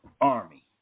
army